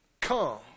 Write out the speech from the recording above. come